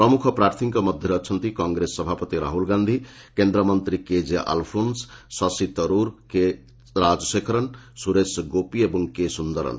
ପ୍ରମୁଖ ପ୍ରାର୍ଥୀମାନଙ୍କ ମଧ୍ୟରେ ଅଛନ୍ତି କଂଗ୍ରେସ ସଭାପତି ରାହୁଲ ଗାନ୍ଧି କେନ୍ଦ୍ରମନ୍ତ୍ରୀ କେକେ ଆଲ୍ଫୋନ୍ସ ଶଶି ତରୁର କେ ରାଜଶେଖରନ୍ ସୁରେଶ ଗୋପି ଏବଂ କେ ସୁନ୍ଦରନ୍